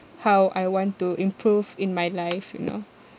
how I want to improve in my life you know